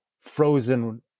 frozen